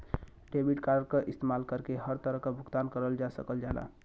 debit card क इस्तेमाल कइके हर तरह क भुगतान करल जा सकल जाला